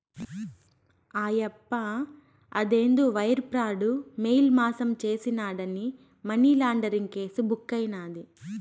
ఆయప్ప అదేందో wire fraud, mail మాసం చేసినాడాని మనీలాండరీంగ్ కేసు బుక్కైనాది